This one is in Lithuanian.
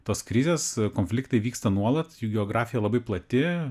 tos krizės konfliktai vyksta nuolat jų geografija labai plati